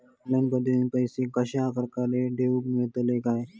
Online पद्धतीन पैसे कश्या प्रकारे ठेऊक मेळतले काय?